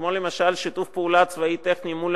כמו למשל שיתוף פעולה צבאי-טכני מול